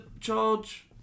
charge